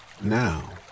Now